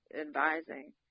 advising